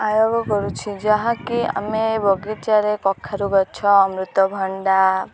ଆୟୋଗ କରୁଛି ଯାହାକି ଆମେ ବଗିଚାରେ କଖାରୁ ଗଛ ଅମୃତଭଣ୍ଡା